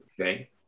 Okay